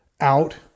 out